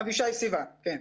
אבישי סיוון, כן.